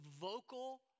vocal